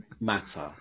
matter